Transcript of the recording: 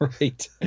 Right